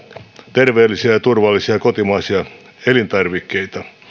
terveellisiä ja turvallisia kotimaisia elintarvikkeita